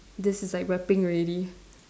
this is like rapping already